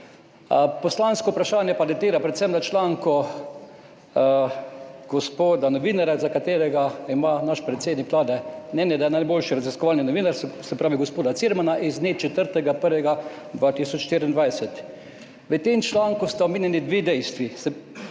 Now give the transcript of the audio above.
Poslansko vprašanje datira predvsem iz članka gospoda novinarja, o katerem ima naš predsednik Vlade mnenje, da je najboljši raziskovalni novinar, se pravi gospoda Cirmana, z dne 4. 1. 2024. V tem članku sta omenjeni dve dejstvi.